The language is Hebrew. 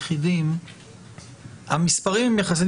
לשנה ויש שתי תקופות הארכה אפשריות